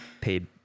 paid